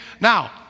now